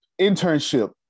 internship